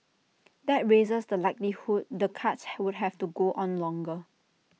that raises the likelihood the cuts would have to go on longer